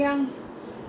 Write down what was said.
then